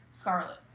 Scarlet